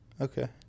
Okay